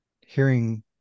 hearing